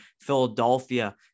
Philadelphia